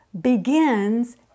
begins